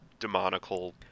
demonical